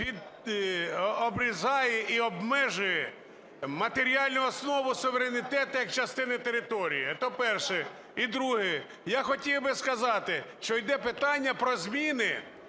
обрізає і обмежує матеріальну основу суверенітету як частини території. Це перше. І друге. Я хотів би сказати, що йде питання про зміни